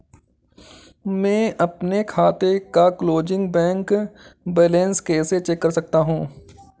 मैं अपने खाते का क्लोजिंग बैंक बैलेंस कैसे चेक कर सकता हूँ?